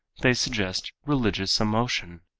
they suggest religious emotion.